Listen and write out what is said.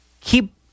keep